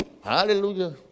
Hallelujah